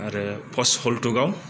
आरो पस्ट हल्टुगाव